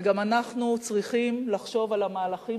וגם אנחנו צריכים לחשוב על המהלכים